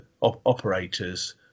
operators